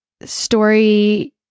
story